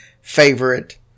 favorite